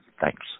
thanks